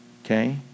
okay